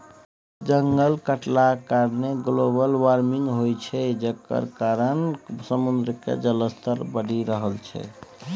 जंगल कटलाक कारणेँ ग्लोबल बार्मिंग होइ छै जकर कारणेँ समुद्र केर जलस्तर बढ़ि रहल छै